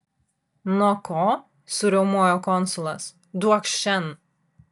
nuo ko suriaumojo konsulas duokš šen